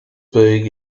being